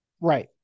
Right